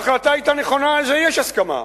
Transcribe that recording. ההחלטה היתה נכונה, על זה יש הסכמה.